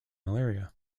malaria